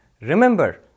remember